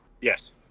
Yes